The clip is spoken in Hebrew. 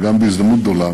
וגם בהזדמנות גדולה,